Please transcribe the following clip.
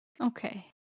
okay